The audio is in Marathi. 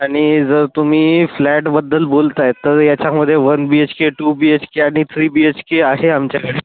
आणि जर तुम्ही फ्लॅटबद्दल बोलत आहे तर ह्याच्यामध्ये one B H K two B H K आनी थ्री बी एच के आहे आमच्याकडे